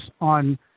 on